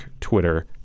twitter